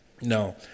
No